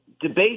debate